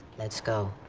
let's go.